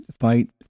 fight